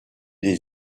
les